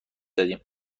دادیم